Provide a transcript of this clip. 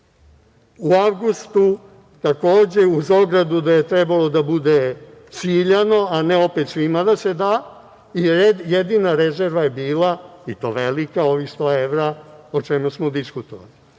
u avgustu takođe, uz ogradu da je trebalo da bude ciljano, a ne opet svima da se da. Jedina je rezerva bila, i to velika, ovih sto evra, o čemu smo diskutovali,